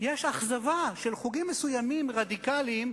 יש אכזבה של חוגים מסוימים, רדיקליים,